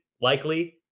likely